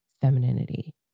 femininity